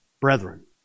Brethren